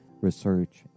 research